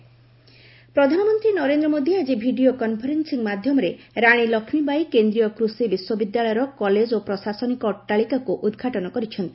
PM inauguration ପ୍ରଧାନମନ୍ତ୍ରୀ ନରେନ୍ଦ୍ର ମୋଦୀ ଆଜି video conferencing ମାଧ୍ୟମରେ ରାଣୀ ଲକ୍ଷ୍ମୀବାଇ କେନ୍ଦ୍ରୀୟ କୃଷି ବିଶ୍ୱବିଦ୍ୟାଳୟର କଲେଜ ଓ ପ୍ରଶାସନିକ ଅଟ୍ଟାଳିକାକୁ ଉଦ୍ଘାଟନ କରିଛନ୍ତି